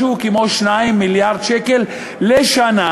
משהו כמו 2 מיליארד שקלים לשנה,